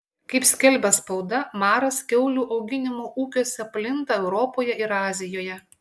kaip skelbia spauda maras kiaulių auginimo ūkiuose plinta europoje ir azijoje